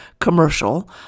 commercial